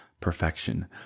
perfection